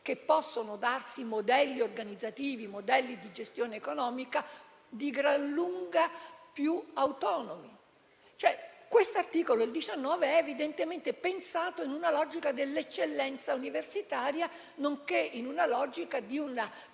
che possono darsi modelli organizzativi e di gestione economica di gran lunga più autonomi. L'articolo 19 è evidentemente pensato nella logica dell'eccellenza universitaria, nonché nella logica di una